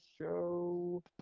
show